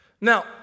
Now